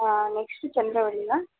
ಹಾಂ ನೆಕ್ಸ್ಟು ಚಂದ್ರವಳ್ಳಿನಾ